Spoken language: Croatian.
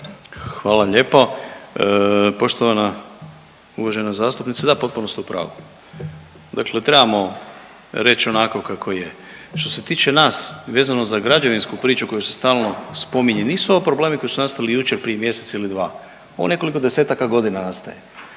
Hvala lijepo poštovana uvažena zastupnice. Da, potpuno ste u pravu. Dakle trebamo reći onako kako je. Što se tiče nas vezano za građevinsku priču koja se stalno spominje, nisu ovo problemi koji su nastali jučer, prije mjesec ili dva. Ovo nekoliko desetaka godina nastaje.